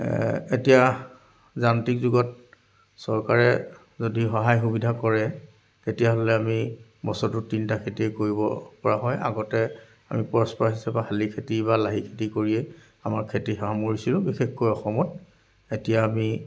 এতিয়া যান্ত্ৰিক যুগত চৰকাৰে যদি সহায় সুবিধা কৰে তেতিয়াহ'লে আমি বছৰটোত তিনিটা খেতিয়ে কৰিব পৰা হয় আগতে আমি পৰস্পৰা হিচাপে শালি খেতি বা লাহি খেতি কৰিয়ে আমাৰ খেতি সামৰিছিলোঁ বিশেষকৈ অসমত এতিয়া আমি